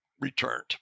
returned